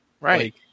Right